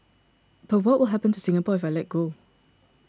but what will happen to Singapore if I let go